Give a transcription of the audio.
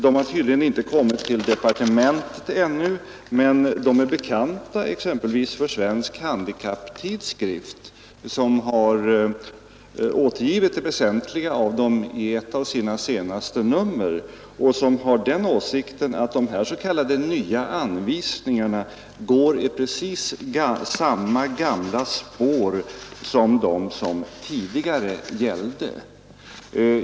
De har tydligen inte kommit till departementet ännu, men de är bekanta exempelvis för Svensk Handikapptidskrift, som har återgivit det väsentliga ur dem i ett av tidningens senaste nummer. Man är av den åsikten att de s.k. nya anvisningarna går i precis samma gamla spår som de som fortfarande gäller.